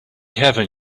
heaven